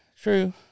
True